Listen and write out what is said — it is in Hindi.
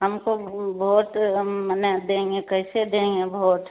हमको वोट हम माने देंगे कैसे देंगे वोट